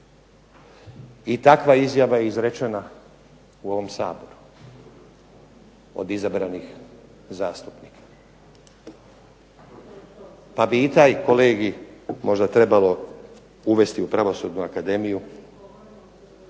I takva izjava je izrečena ovdje u Saboru od izabranih zastupnika. Pa bi i taj kolegij možda trebalo uvesti u Pravosudna akademiju